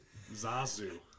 Zazu